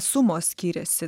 sumos skiriasi